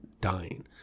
dying